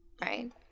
right